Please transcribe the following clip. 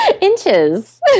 Inches